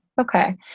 Okay